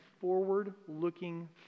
forward-looking